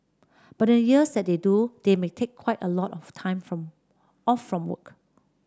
but in the years that they do they may take quite a lot of time from off from work